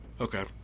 Okay